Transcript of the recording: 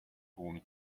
tłum